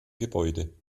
gebäude